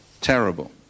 Terrible